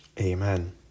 Amen